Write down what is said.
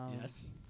Yes